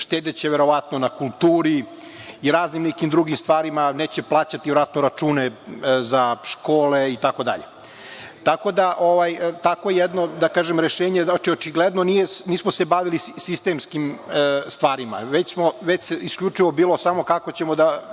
štedeće verovatno na kulturi i raznim nekim drugim stvarima. Neće plaćati verovatno račune za škole itd. Tako da, takvo jedno rešenje znači da se očigledno nismo bavili sistemskim stvarima, već je isključivo bilo samo kako ćemo da